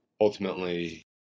ultimately